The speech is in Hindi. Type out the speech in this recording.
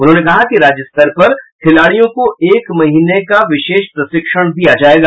उन्होंने कहा कि राज्य स्तर पर खिलाड़ियों को एक महीने का विशेष प्रशिक्षण दिया जायेगा